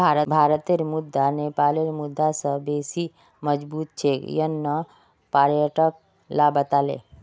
भारतेर मुद्रा नेपालेर मुद्रा स बेसी मजबूत छेक यन न पर्यटक ला बताले